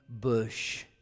bush